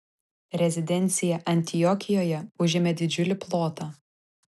rezidencija antiokijoje užėmė didžiulį plotą